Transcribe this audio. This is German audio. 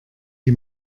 die